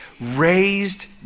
raised